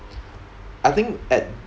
I think at